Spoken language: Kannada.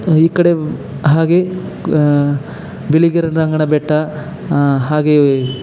ಈ ಕಡೆ ಹಾಗೇ ಬಿಳಿಗಿರಿ ರಂಗನ ಬೆಟ್ಟ ಹಾಗೆ